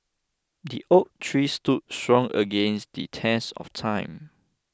the oak tree stood strong against the test of time